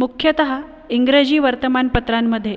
मुख्यतः इंग्रजी वर्तमानपत्रांमध्ये